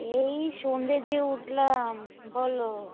এই সন্ধ্যে দিয়ে উঠলাম বলো